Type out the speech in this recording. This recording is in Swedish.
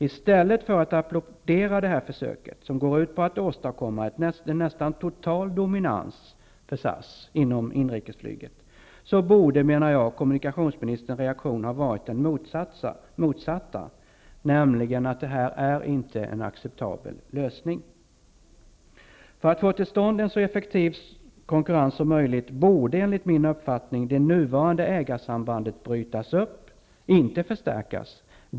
I stället för att applådera det här försöket, som går ut på att åstadkomma en nästan total dominans för SAS inom inrikesflyget, borde kommunikationsministerns reaktion, menar jag, ha varit den motsatta, nämligen att det här inte är en acceptabel lösning. För att få till stånd en så effektiv konkurrens som möjligt borde enligt min uppfattning det nuvarande ägarsambandet brytas upp -- inte förstärkas!